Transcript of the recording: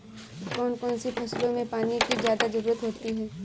कौन कौन सी फसलों में पानी की ज्यादा ज़रुरत होती है?